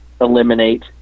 eliminate